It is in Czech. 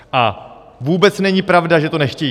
A vůbec není pravda, že to nechtějí.